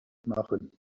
machen